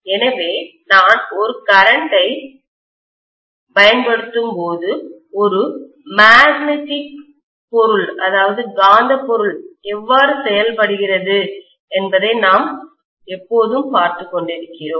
எனவே நான் ஒரு கரண்ட் ஐ மின்னோட்டத்தைப் பயன்படுத்தும்போது ஒரு ஃபெரோ மேக்னெட்டிக்காந்த பொருள் எவ்வாறு செயல்படுகிறது என்பதை நாம் எப்போதும் பார்த்துக் கொண்டிருக்கிறோம்